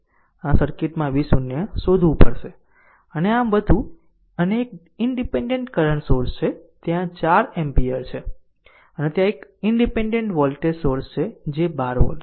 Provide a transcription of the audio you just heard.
આમ સર્કિટમાં v 0 શોધવું પડશે અને આમ વધુ અને એક ઈનડીપેન્ડેન્ટ કરંટ સોર્સ છે ત્યાં આ 4 એમ્પીયર છે અને ત્યાં એક ઈનડીપેન્ડેન્ટ વોલ્ટેજ સોર્સ છે જે 12 વોલ્ટ છે